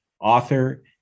author